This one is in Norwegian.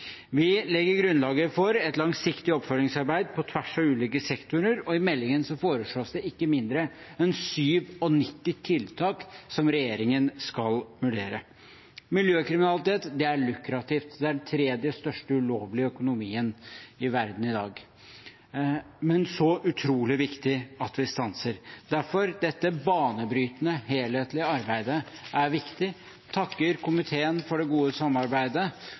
Vi legger grunnlaget for et langsiktig oppfølgingsarbeid på tvers av ulike sektorer, og i meldingen foreslås det ikke mindre enn 97 tiltak som regjeringen skal vurdere. Miljøkriminalitet er lukrativt, det er den tredje største ulovlige økonomien i verden i dag, men så utrolig viktig at vi stanser. Derfor er dette banebrytende, helhetlige arbeidet viktig. Jeg takker komiteen for det gode samarbeidet